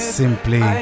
simply